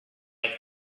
like